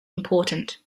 important